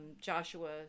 Joshua